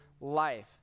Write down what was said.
life